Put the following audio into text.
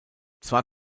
zwar